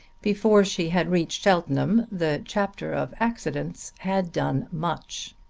before she had reached cheltenham the chapter of accidents had done much.